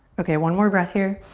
okay, one more breath here.